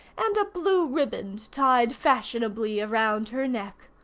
and a blue ribband tied fashionably around her neck.